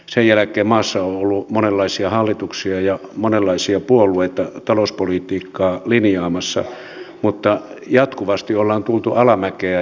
sen jälkeen maassa on ollut monenlaisia hallituksia ja monenlaisia puolueita talouspolitiikkaa linjaamassa mutta jatkuvasti ollaan tultu alamäkeä